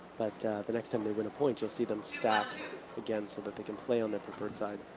but the next time they win a point, you'll see them stack again so that they can play on their preferred side.